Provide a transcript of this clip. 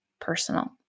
personal